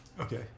Okay